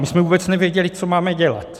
My jsme vůbec nevěděli, co máme dělat.